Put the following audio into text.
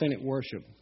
worship